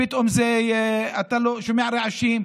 פתאום אתה שומע רעשים,